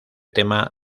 tema